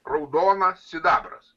raudonas sidabras